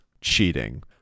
cheating